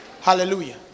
Hallelujah